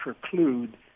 preclude